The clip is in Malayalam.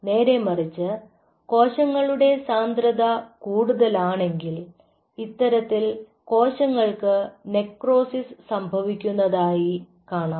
നേരെമറിച്ച് കോശങ്ങളുടെ സാന്ദ്രത കൂടുതലാണെങ്കിൽ ഇത്തരത്തിൽ കോശങ്ങൾക്ക് നെക്രോസിസ് സംഭവിക്കുന്നതായി കാണാം